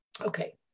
Okay